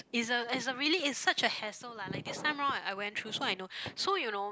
is a is a really it's such a hassle lah like this time round I went through so I know so you know